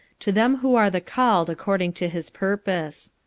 to them who are the called according to his purpose.